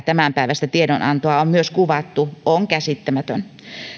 tämänpäiväistä tiedon antoa on myös kuvattu on käsittämätön